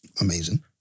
Amazing